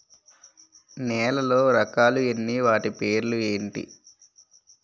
నేలలో రకాలు ఎన్ని వాటి పేర్లు ఏంటి?